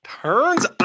turns